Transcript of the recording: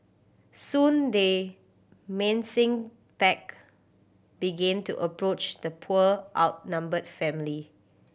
soon the menacing pack begin to approach the poor outnumbered family